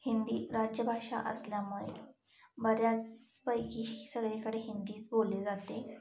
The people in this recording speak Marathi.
हिंदी राजभाषा असल्यामुळे बऱ्याचपैकी सगळीकडे हिंदीच बोलली जाते